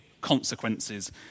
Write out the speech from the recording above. consequences